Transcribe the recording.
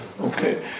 Okay